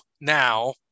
now